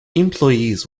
employees